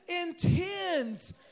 intends